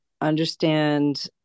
understand